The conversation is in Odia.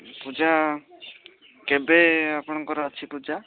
ପୂଜା କେବେ ଆପଣଙ୍କର ଅଛି ପୂଜା